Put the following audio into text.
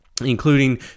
including